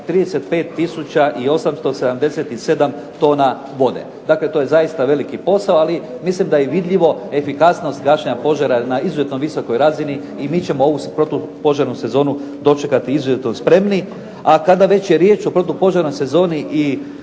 i 887 tona vode. Dakle to je zaista veliki posao, ali mislim da je vidljivo efikasnost gašenja požara na izuzetno visokoj razini i mi ćemo ovu se flotu, požarnu sezonu dočekati izuzetno spremni. A kada već je riječ o protupožarnoj sezoni i